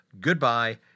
goodbye